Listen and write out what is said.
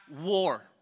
war